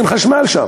אין שם חשמל.